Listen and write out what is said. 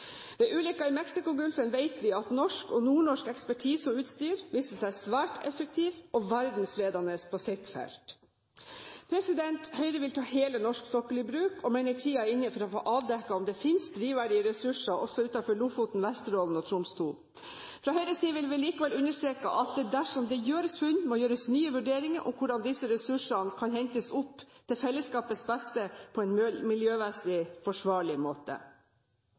Ved ulykken i Mexicogolfen vet vi at norsk og nordnorsk ekspertise og utstyr viste seg svært effektivt og verdensledende på sitt felt. Høyre vil ta hele norsk sokkel i bruk og mener tiden er inne for å få avdekket om det finnes drivverdige ressurser også utenfor Lofoten, Vesterålen og Troms II. Fra Høyres side vil vi likevel understreke at dersom det gjøres funn, må det gjøres nye vurderinger om hvordan disse ressursene kan hentes opp til fellesskapets beste på en miljømessig forsvarlig måte.